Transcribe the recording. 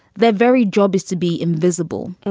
they're very job is to be invisible.